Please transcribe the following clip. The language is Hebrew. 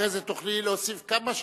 אחרי זה תוכלי להוסיף כמה שתרצי.